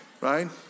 Right